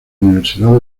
universidad